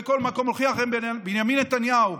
בכל מקום הולכים אחרי בנימין נתניהו,